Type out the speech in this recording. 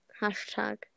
Hashtag